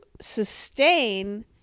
sustain